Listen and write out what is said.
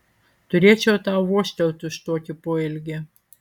turėčiau tau vožtelt už tokį poelgį